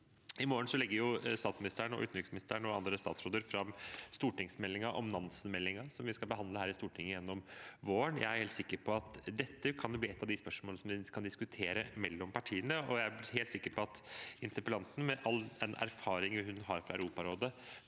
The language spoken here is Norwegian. I morgen legger statsministeren, utenriksministeren og andre statsråder fram stortingsmeldingen om Nansen-programmet, som vi skal behandle her i Stortinget gjennom våren. Jeg er helt sikker på at dette kan bli et av spørsmålene vi kan diskutere mellom partiene, og jeg er helt sikker på at interpellanten – med all den erfaringen hun har fra Europarådet